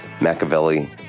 Machiavelli